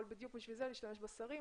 בדיו לשם כך הוא יכול להשתמש בשרים